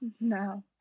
no